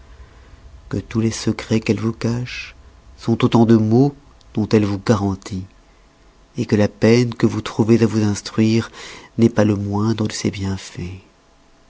que tous les secrets qu'elle vous cache sont autant de maux dont elle vous garantit que la peine que vous trouvez à vous instruire n'est pas le moindre de ses bienfaits